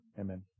Amen